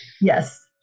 Yes